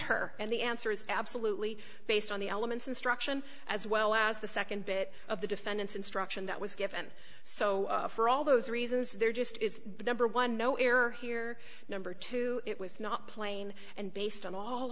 her and the answer is absolutely based on the elements instruction as well as the nd bit of the defendant's instruction that was given so for all those reasons there just is the number one no error here number two it was not plain and based on all